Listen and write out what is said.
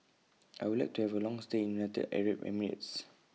I Would like to Have A Long stay in United Arab Emirates